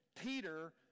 Peter